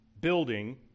building